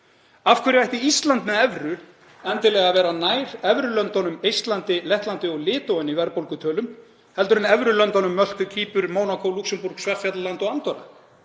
Af hverju ætti Ísland með evru endilega að vera nær evrulöndunum Eistlandi, Lettlandi og Litháen í verðbólgutölum heldur en evrulöndunum Möltu, Kýpur, Mónakó, Lúxemborg, Svartfjallalandi og Andorra?